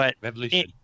Revolution